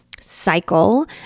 cycle